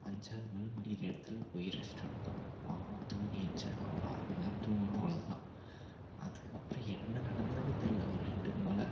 அஞ்சாவது மலை முடியிற இடத்துல போய் ரெஸ்ட் எடுத்தோம் அவங்கவுங்க தூங்கி எந்திரிச்சாங்க ஒரு அரை மண்நேரம் தூங்குனோம் அவ்ளோ தான் அதுக்கப்பறம் என்ன நடந்ததுன்னே தெரில ஒரு ரெண்டு மலை